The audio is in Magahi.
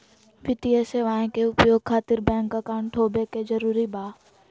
वित्तीय सेवाएं के उपयोग खातिर बैंक अकाउंट होबे का जरूरी बा?